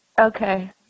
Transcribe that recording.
Okay